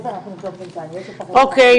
אוקי,